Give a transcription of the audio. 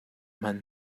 hman